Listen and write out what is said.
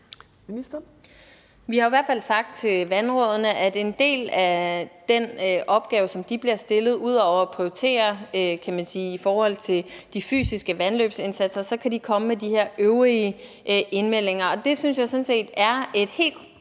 Vi har i hvert fald sagt til vandrådene, at som en del af den opgave, som de bliver stillet ud over at prioritere i forhold til de fysiske vandløbsindsatser, kan de komme med de her øvrige indmeldinger. Det synes jeg sådan set